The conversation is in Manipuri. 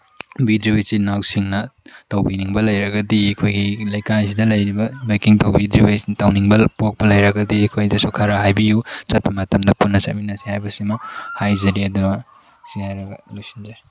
ꯕꯤꯗ꯭ꯔꯤꯕ ꯏꯆꯤꯜ ꯏꯅꯥꯎꯁꯤꯡꯅ ꯇꯧꯕꯤꯅꯤꯡꯕ ꯂꯩꯔꯒꯗꯤ ꯑꯩꯈꯣꯏꯒꯤ ꯂꯩꯀꯥꯏꯁꯤꯗ ꯂꯩꯔꯤꯕ ꯕꯥꯏꯛꯀꯤꯡ ꯇꯧꯅꯤꯡꯕ ꯄꯣꯛꯄ ꯂꯩꯔꯒꯗꯤ ꯑꯩꯈꯣꯏꯗꯁꯨ ꯈꯔ ꯍꯥꯏꯕꯤꯌꯨ ꯆꯠꯄ ꯃꯇꯝꯗ ꯄꯨꯟꯅ ꯆꯠꯃꯤꯟꯅꯁꯤ ꯍꯥꯏꯕꯁꯤ ꯑꯃ ꯍꯥꯏꯖꯔꯤ ꯑꯗꯨꯅ ꯁꯤ ꯍꯥꯏꯔꯒ ꯂꯣꯏꯁꯤꯟꯖꯔꯦ